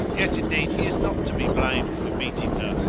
yet indeed he is not to be blamed for beating her,